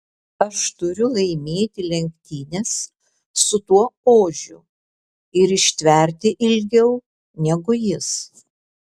aš turiu laimėti lenktynes su tuo ožiu ir ištverti ilgiau negu jis